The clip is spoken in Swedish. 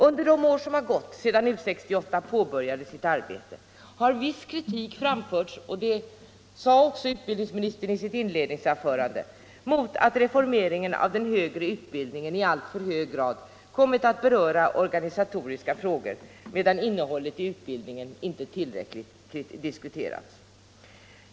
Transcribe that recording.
Under de år som gått sedan U 68 påbörjade sitt arbete har viss kritik framförts — det sade också utbildningsministern i sitt inledningsanförande — mot att reformeringen av den högre utbildningen i alltför hög grad kommit att beröra organisatoriska frågor, medan innehållet i utbildningen inte tillräckligt har diskuterats.